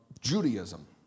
Judaism